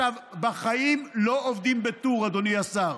בחיים לא עובדים בטור, אדוני השר,